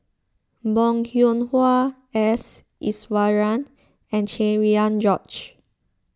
Bong Hiong Hwa S Iswaran and Cherian George